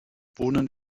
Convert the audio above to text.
wohnten